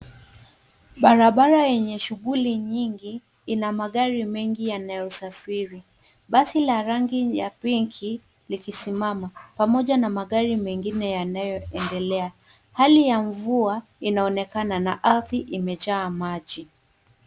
Barabara enye shuguli nyingi ina magari mengi yanayosafiri. Basi la rangi ya pinki likisimama pamoja na magari mengine yanayoendelea. Hali ya mvua inaonekana na ardhi imejaa maji.